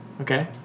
Okay